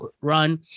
run